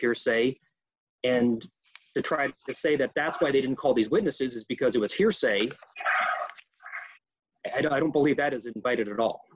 hearsay and they tried to say that that's why i didn't call these witnesses because it was hearsay and i don't believe that is invited at all